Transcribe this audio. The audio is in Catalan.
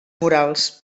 morals